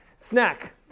snack